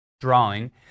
drawing